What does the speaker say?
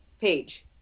page